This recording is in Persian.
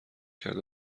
کرد